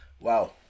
Wow